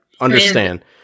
understand